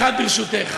משפט אחד, ברשותך.